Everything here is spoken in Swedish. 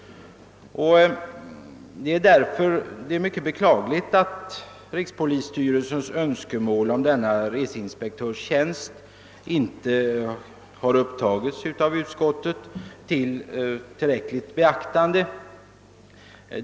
Det är därför mycket beklagligt att rikspolisstyrelsens önskemål om denna reseinspektörstjänst inte har tillräckligt beaktats av utskottet.